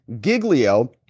Giglio